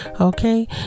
okay